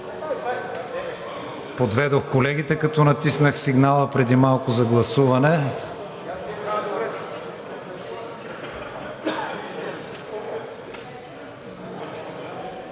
Подведох колегите, като натиснах сигнала преди малко за гласуване.